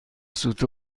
سوت